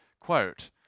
Quote